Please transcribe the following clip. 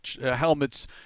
helmets